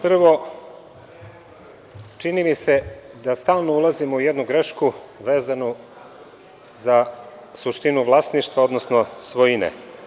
Prvo, čini mi se da stalno ulazimo u jednu grešku vezano za suštinu vlasništva, odnosno svojine.